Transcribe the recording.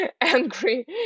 angry